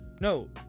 no